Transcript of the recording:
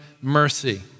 mercy